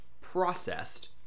processed